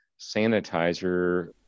sanitizer